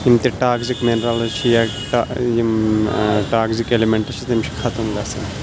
یِم تہِ toxic minerals چھِ یا ٹا یِم ٹاکزِک اٮ۪لمٮ۪نٛٹٕز چھِ تِم چھِ ختم گژھان